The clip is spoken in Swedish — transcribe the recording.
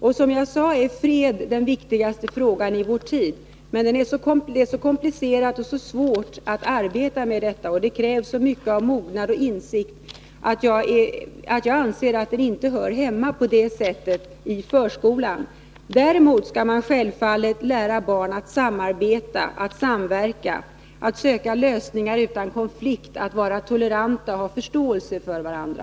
Och som jag sade är freden den viktigaste frågan i vår tid. Men det är så komplicerat och svårt att arbeta med detta — det krävs så mycket av mognad och insikt — att jag anser att fredsarbete inte hör hemma i förskolan. Däremot skall man självfallet lära barnen att samarbeta och samverka, att söka lösningar utan konflikt, att vara toleranta och ha förståelse för varandra.